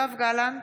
יואב גלנט,